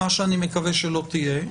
מה שאני מקווה שלא תהיה,